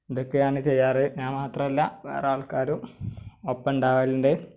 ഇതൊക്കെയാണ് ചെയ്യാറ് ഞാൻ മാത്രമല്ല വേറെ ആൾക്കാരും ഒപ്പം ഉണ്ടാകലുണ്ട്